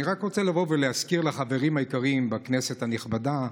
אני רק רוצה להזכיר לחברים היקרים בכנסת הנכבדה,